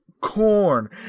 corn